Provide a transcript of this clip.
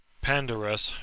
pandarus.